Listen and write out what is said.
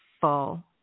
full